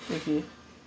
okay